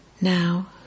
Now